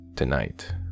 Tonight